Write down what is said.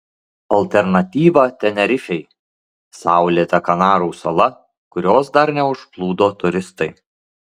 alternatyva tenerifei saulėta kanarų sala kurios dar neužplūdo turistai